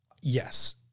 Yes